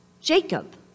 Jacob